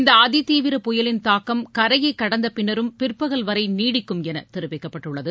இந்த அதிதீவிர புயலின் தாக்கம் கரையை கடந்த பின்னரும் பிற்பகல் வரை நீடிக்கும் என தெரிவிக்கப்பட்டுள்ளது